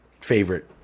favorite